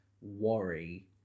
worry